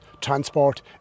transport